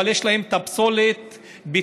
אבל יש להם את הפסולת הביתית,